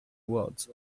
words